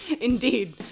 Indeed